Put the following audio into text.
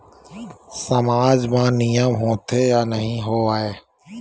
सामाज मा नियम होथे या नहीं हो वाए?